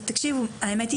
האמת היא,